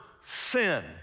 sin